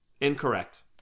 Incorrect